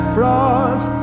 Frost